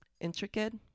intricate